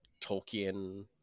Tolkien